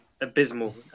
abysmal